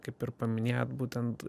kaip ir paminėjot būtent